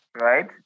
right